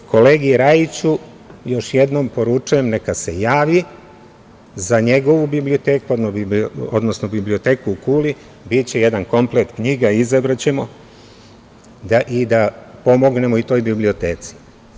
Kolegi Rajiću još jednom poručujem neka se javi za njegovu biblioteku, odnosno biblioteku u Kuli, biće jedan komplet knjiga, izabraćemo i da pomognemo i toj biblioteci.